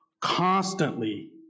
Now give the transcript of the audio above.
constantly